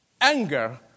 anger